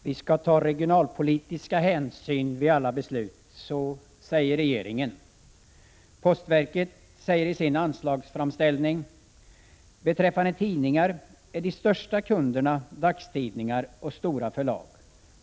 Herr talman! Vi skall ta regionalpolitiska hänsyn vid alla beslut, säger regeringen. Postverket säger i sin anslagsframställning: ”Beträffande tidningar är de största kunderna dagstidningar och stora förlag.